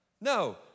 No